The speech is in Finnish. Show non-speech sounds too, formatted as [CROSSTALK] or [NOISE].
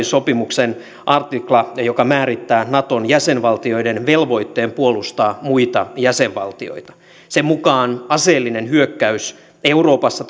[UNINTELLIGIBLE] sopimuksen artikla joka määrittää naton jäsenvaltioiden velvoitteen puolustaa muita jäsenvaltioita sen mukaan aseellinen hyökkäys euroopassa [UNINTELLIGIBLE]